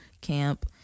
camp